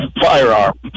firearm